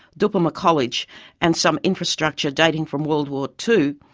dhupuma college and some infrastructure dating from world war two,